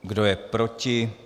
Kdo je proti?